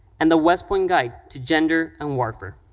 and the west point guide to gender and warfare.